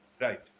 Right